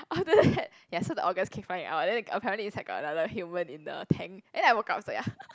after that ya so the organs keep flying out then apparently inside got another human in the tank and then I woke up so ya